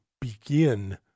begin